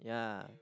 ya